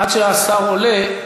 עד שהשר עולה,